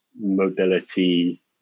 mobility